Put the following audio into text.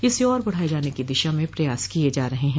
इसे और बढ़ाये जाने की दिशा में प्रयास किये जा रहे हैं